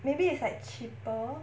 maybe it's like cheaper